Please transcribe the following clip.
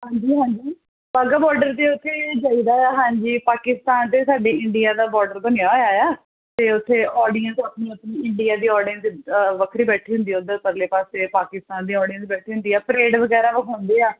ਹਾਂਜੀ ਹਾਂਜੀ ਵਾਹਗਾ ਬੋਰਡਰ ਅਤੇ ਉੱਥੇ ਜਾਈਦਾ ਆ ਹਾਂਜੀ ਪਾਕਿਸਤਾਨ ਅਤੇ ਸਾਡੀ ਇੰਡੀਆ ਦਾ ਬੋਰਡਰ ਬਣਿਆ ਹੋਇਆ ਆ ਅਤੇ ਉੱਥੇ ਔਡੀਅਂਸ ਆਪਣੀ ਆਪਣੀ ਇੰਡੀਆ ਦੇ ਔਡੀਅਂਸ ਵੱਖਰੀ ਬੈਠੀ ਹੁੰਦੀ ਆ ਉੱਧਰ ਪਰਲੇ ਪਾਸੇ ਪਾਕਿਸਤਾਨ ਦੀ ਔਡੀਅਂਸ ਬੈਠੀ ਹੁੰਦੀ ਆ ਪਰੇਡ ਵਗੈਰਾ ਉਹ ਹੁੰਦੇ ਆ